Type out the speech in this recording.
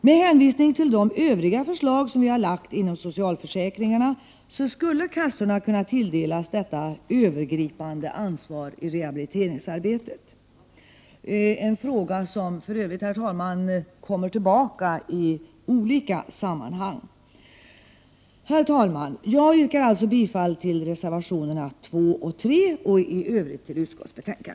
Med hänvisning till de övriga förslag som vi har lagt fram om socialförsäkringarna skulle kassorna kunna tilldelas detta övergripande ansvar i rehabiliteringsarbetet, en fråga som vi för övrigt kommer tillbaka till i olika sammanhang. Herr talman! Jag yrkar bifall till reservationerna 2 och 3 och i övrigt till utskottets hemställan.